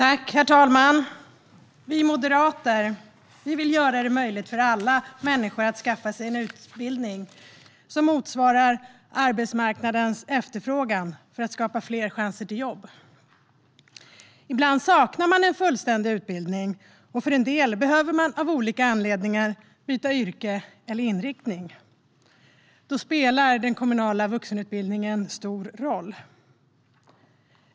Herr talman! Vi moderater vill göra det möjligt för alla människor att skaffa sig en utbildning som motsvarar arbetsmarknadens efterfrågan för att skapa fler chanser till jobb. Ibland saknar människor en fullständig utbildning, och en del behöver av olika anledningar byta yrke eller inriktning. Då spelar den kommunala vuxenutbildningen stor roll.